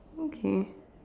okay